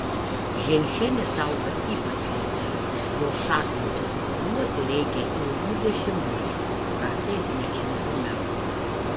ženšenis auga ypač lėtai jo šakniai susiformuoti reikia ilgų dešimtmečių kartais net šimto metų